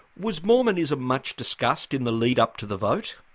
was mormonism much discussed in the lead-up to the vote?